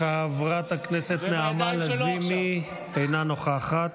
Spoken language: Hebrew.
חברת הכנסת נעמה לזימי, אינה נוכחת.